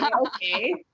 okay